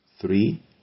Three